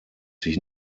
sich